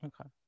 Okay